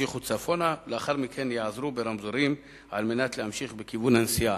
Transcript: ימשיכו צפונה ולאחר מכן ייעזרו ברמזורים על מנת להמשיך בכיוון הנסיעה.